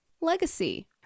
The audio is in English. Legacy